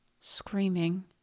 screaming